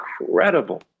incredible